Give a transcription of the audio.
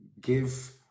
give